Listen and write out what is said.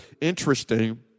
interesting